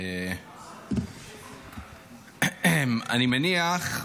אני מניח,